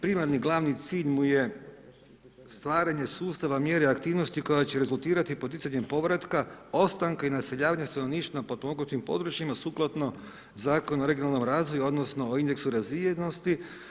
Primarni i glavni cilj mu je stvaranje sustava mjere aktivnosti koja će rezultirati poticanje povratka ostanka i naseljavanja stanovništva na potpomognutim područjima sukladno Zakonu o regionalnom razvoju odnosno o indeksu razvijenosti.